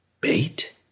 Bait